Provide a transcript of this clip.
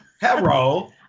Hello